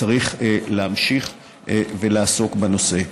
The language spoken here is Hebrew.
צריך להמשיך ולעסוק בנושא.